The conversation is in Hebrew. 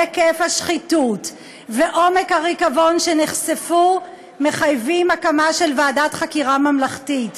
היקף השחיתות ועומק הריקבון שנחשפו מחייבים הקמה של ועדת חקירה ממלכתית.